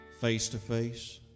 face-to-face